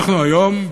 אנחנו היום,